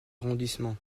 arrondissements